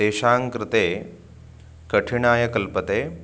तेषां कृते कठिनाय कल्पते